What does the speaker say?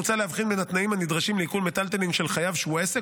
מוצע להבחין בין התנאים הנדרשים לעיקול מיטלטלין של חייב שהוא עסק,